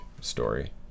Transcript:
story